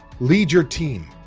lead your team,